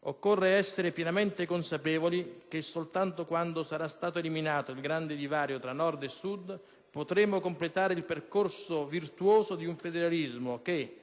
Occorre dunque essere pienamente consapevoli che soltanto quando sarà stato eliminato il grande divario tra Nord e Sud potremo completare il percorso virtuoso di un federalismo che,